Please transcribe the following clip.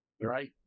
right